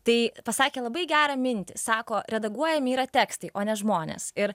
tai pasakė labai gerą mintį sako redaguojami yra tekstai o ne žmonės ir